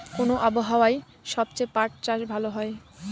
কোন আবহাওয়ায় সবচেয়ে পাট চাষ ভালো হয়?